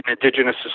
Indigenous